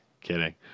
kidding